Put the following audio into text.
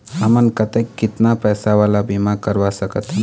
हमन कतेक कितना पैसा वाला बीमा करवा सकथन?